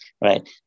right